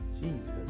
Jesus